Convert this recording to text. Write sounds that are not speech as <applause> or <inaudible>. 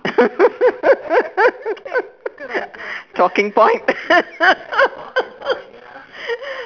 <laughs> talking point <laughs>